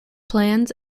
plans